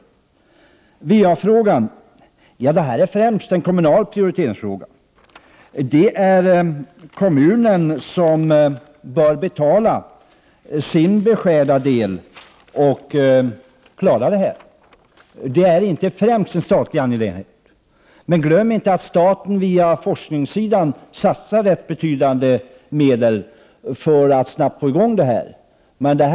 När det gäller problemen inom VA-området är detta främst en fråga om kommunal prioritering. Det är kommunen som bör betala sin beskärda del och som skall klara av detta. Det är inte främst en statlig angelägenhet. Glöm inte att staten via forskningen satsar rätt betydande medel för att snabbt få i gång ett arbete med detta.